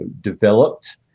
developed